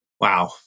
Wow